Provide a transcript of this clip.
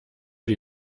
die